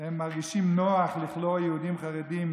הם מרגישים נוח לכלוא יהודים חרדים,